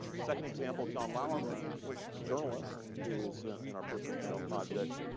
second example, john lauerman he's a journalist who was in our personal genome project.